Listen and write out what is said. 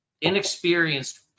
inexperienced